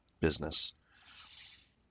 business